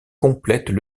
complètent